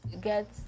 Get